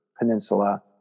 Peninsula